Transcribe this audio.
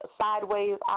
sideways